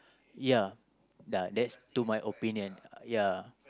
ya lah that's to my opinion uh ya